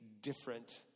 different